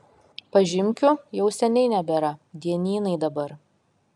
pažymkių jau seniai nebėra dienynai dabar